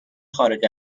خارج